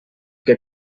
què